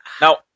No